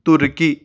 تُرکی